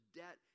debt